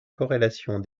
corrélation